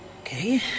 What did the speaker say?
Okay